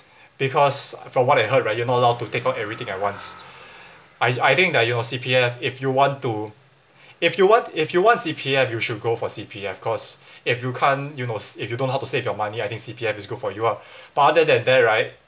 because from what I heard right you're not allowed to take out everything at once I I think that your C_P_F if you want to if you want if you want C_P_F you should go for C_P_F cause if you can't you knows if you don't have to save your money I think C_P_F is good for you ah but other that that right